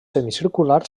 semicircular